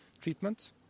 treatment